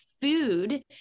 Food